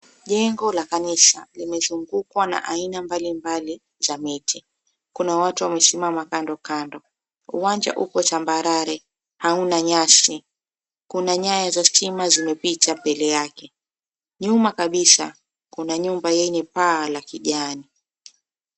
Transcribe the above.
Jengo la kanisa limezungukwa na aina mbalimbali za miti. Kuna watu wamesimama kandokando. Uwanja uko tambarare, hauna nyasi. Kuna nyaya za stima zimepita mbele yake. Nyuma kabisa kuna nyumba yenye paa la kijani.